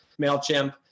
Mailchimp